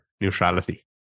neutrality